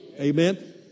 Amen